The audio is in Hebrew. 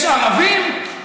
יש ערבים,